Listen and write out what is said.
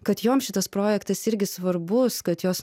kad jom šitas projektas irgi svarbus kad jos